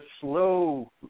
slow